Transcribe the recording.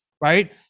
right